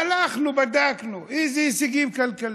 הלכנו, בדקנו איזה הישגים כלכליים.